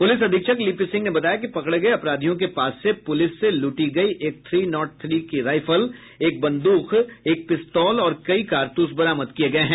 प्रलिस अधीक्षक लिपि सिंह ने बताया कि पकड़े गये अपराधियों के पास से पुलिस से लूटी गयी एक थ्री नाट थ्री राइफल एक बन्दूक एक पिस्तौल और कई कारतूस बरामद किये गये हैं